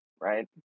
right